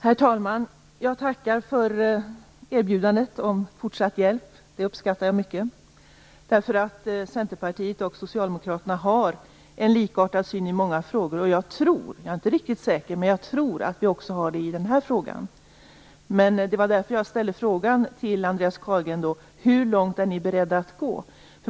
Herr talman! Jag tackar för erbjudandet om fortsatt hjälp. Det uppskattar jag mycket. Centerpartiet och Socialdemokraterna har en likartad syn i många frågor, och jag tror - jag är inte riktigt säker - att vi också har det i den här frågan. Det var därför jag ställde frågan till Andreas Carlgren om hur långt Centerpartiet är berett att gå.